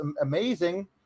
amazing